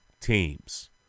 teams